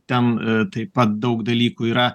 ten taip pat daug dalykų yra